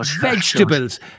vegetables